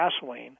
gasoline